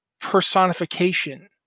personification